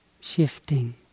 shifting